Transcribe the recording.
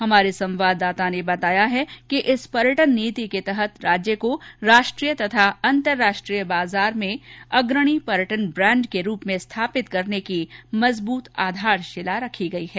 हमारे संवाददाता ने बताया है कि इस पर्यटन नीति के तहत राज्य को राश्टीय तथा अंतर्राश्ट्रीय बाजार में अग्रणी पर्यटन ब्रांण्ड के रूप में स्थापित करने की मजबूत आधारशिला रखी गयी है